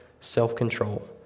self-control